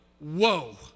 whoa